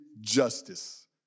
justice